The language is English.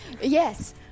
Yes